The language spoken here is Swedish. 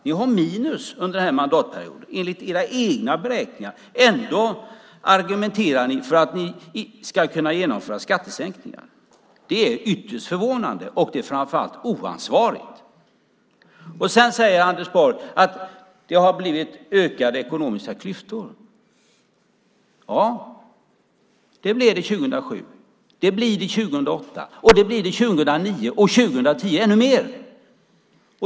Vi har minus under den här mandatperioden, enligt era egna beräkningar. Ändå argumenterar ni för att ni ska kunna genomföra skattesänkningar. Det är ytterst förvånande, och det är framför allt oansvarigt. Sedan säger Anders Borg att det har blivit ökade ekonomiska klyftor. Ja, det blev det 2007. Det blev det 2008. Och det blir det 2009 och 2010 ännu mer.